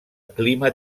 clima